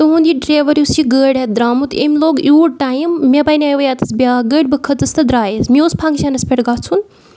تُہُنٛد یہِ ڈرٛیوَر یُس یہِ گٲڑۍ ہٮ۪تھ درٛامُت یِم لوگ یوٗت ٹایم مےٚ بنیٛو ییٚتھَس بیٛاکھ گٲڑۍ بہٕ کھٔژٕس تہٕ درٛایَس مےٚ اوس فَنٛگشَنَس پٮ۪ٹھ گژھُن